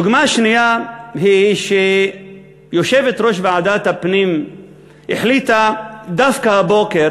הדוגמה השנייה היא שיושבת-ראש ועדת הפנים החליטה דווקא הבוקר